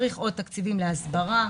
צריך עוד תקציבים להסברה.